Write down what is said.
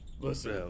Listen